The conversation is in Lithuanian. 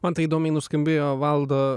man tai įdomiai nuskambėjo valdo